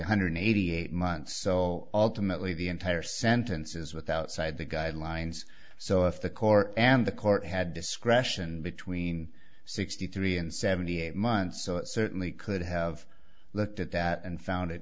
one hundred eighty eight months well ultimately the entire sentence is with outside the guidelines so if the court and the court had discretion between sixty three and seventy eight months i certainly could have looked at that and found it